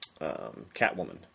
catwoman